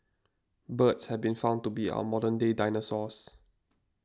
birds have been found to be our modern day dinosaurs